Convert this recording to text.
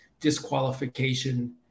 disqualification